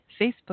Facebook